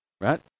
Right